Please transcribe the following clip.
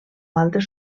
altres